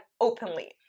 openly